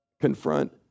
confront